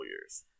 years